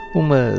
uma